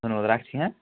ধন্যবাদ রাখছি হ্যাঁ